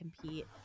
compete